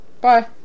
Bye